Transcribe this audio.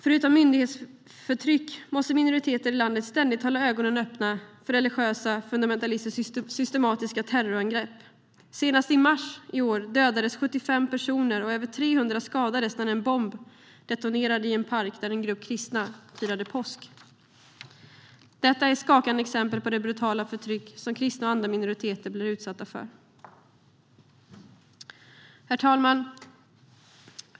Förutom myndighetsförtryck måste minoriteter i landet ständigt hålla ögonen öppna för religiösa fundamentalistiska och systematiska terrorangrepp. Senast i mars i år dödades 75 personer och över 300 skadades när en bomb detonerade i en park där en grupp kristna firade påsk. Detta är skakande exempel på det brutala förtryck som kristna och andra minoriteter blir utsatta för. Herr talman!